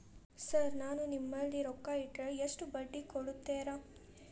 Sir ನಾನು ನಿಮ್ಮಲ್ಲಿ ರೊಕ್ಕ ಇಟ್ಟರ ಎಷ್ಟು ಬಡ್ಡಿ ಕೊಡುತೇರಾ?